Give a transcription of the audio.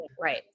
right